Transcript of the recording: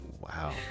Wow